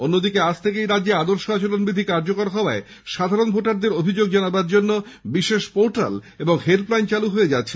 অন্যদিকে আজ থেকেই রাজ্যে আদর্শ আচরণ বিধি কার্যকর হওয়ায় সাধারণ ভোটারদের অভিযোগ জানানোর জন্য বিশেষ পোর্টাল এবং হেল্পলাইন চালু হয়ে যাচ্ছে